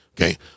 okay